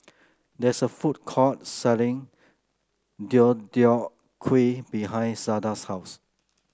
there's a food court selling Deodeok Gui behind Zada's house